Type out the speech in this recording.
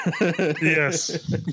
yes